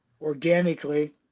organically